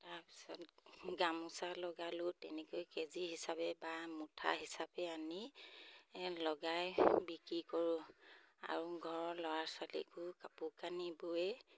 তাৰপিছত গামোচা লগালেও তেনেকৈ কেজি হিচাপে বা মুঠা হিচাপে আনি লগাই বিকি কৰোঁ আৰু ঘৰৰ ল'ৰা ছোৱালীকো কাপোৰ কানি বৈয়ে